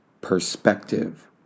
perspective